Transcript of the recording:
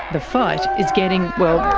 the fight is getting, well,